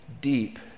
deep